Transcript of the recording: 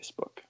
Facebook